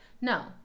No